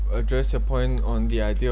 address your point on the idea